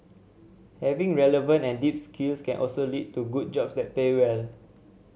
having relevant and deep skills can also lead to good jobs that pay well